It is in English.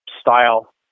style